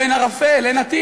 פה אין ערפל, אין עתיד.